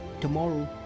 tomorrow